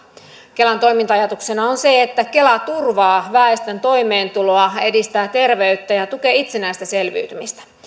kelan toiminta ajatuksena on se että kela turvaa väestön toimeentuloa edistää terveyttä ja tukee itsenäistä selviytymistä